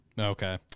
okay